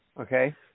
Okay